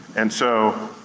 and so,